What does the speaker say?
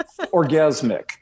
orgasmic